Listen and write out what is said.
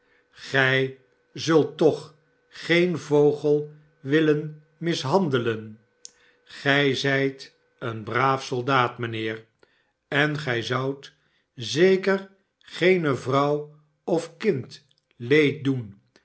gij zult toch geen vogel willen mishandelen gij zijt een braaf soldaat mijnheer en gij zoudt zeker geene vrowr of kind leed doen